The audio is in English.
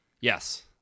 Yes